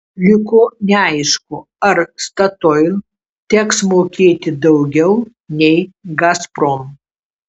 liko neaišku ar statoil teks mokėti daugiau nei gazprom